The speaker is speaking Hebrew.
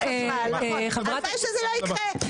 הלוואי שזה לא יקרה.